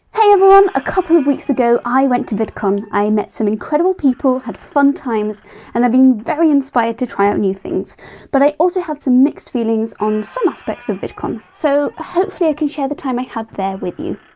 hey everyone a couple of weeks ago i went to vidcon i met some incredible people, had fun times and have been very inspired to try out new things but i also had some mixed feelings on some aspects of vidcon so hopefully i can share the time i had there with you!